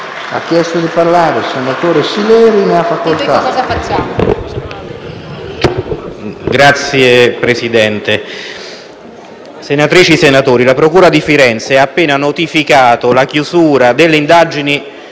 senatrici e senatori, la procura di Firenze ha appena notificato la chiusura delle indagini